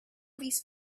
these